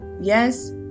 Yes